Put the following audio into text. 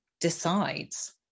decides